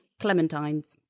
clementines